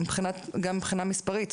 גם מבחינה מספרית.